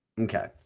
okay